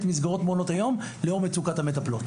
מסגרות מעונות היום לאור מצוקת המטפלות.